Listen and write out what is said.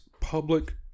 public